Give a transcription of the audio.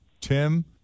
Tim